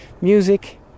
music